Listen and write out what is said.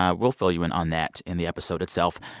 um we'll fill you in on that in the episode itself.